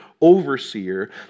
overseer